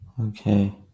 Okay